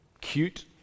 Cute